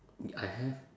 I have